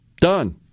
Done